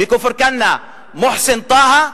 מכפר-כנא: מוחסן טאהא.